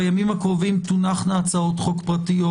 בימים הקרובים תונחנה הצעות חוק פרטיות